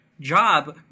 job